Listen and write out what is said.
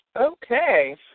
Okay